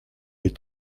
les